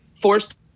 forced